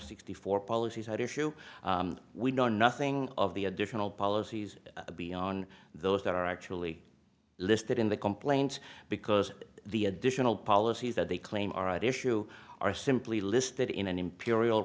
sixty four policies out issue we know nothing of the additional policies beyond those that are actually listed in the complaint because the additional policies that they claim are at issue are simply listed in an imperial